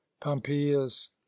pompeius